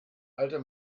alter